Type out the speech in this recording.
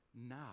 now